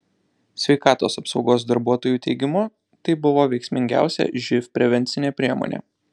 sveikatos apsaugos darbuotojų teigimu tai buvo veiksmingiausia živ prevencinė priemonė